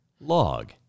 Log